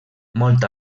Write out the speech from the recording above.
molt